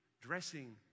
dressing